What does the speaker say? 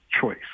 choice